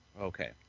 Okay